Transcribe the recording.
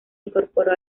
incorporó